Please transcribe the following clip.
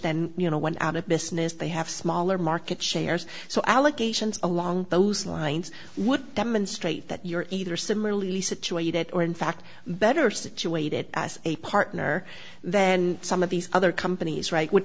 then you know went out of business they have smaller market shares so allegations along those lines would demonstrate that you're either similarly situated or in fact better situated as a partner then some of these other companies right w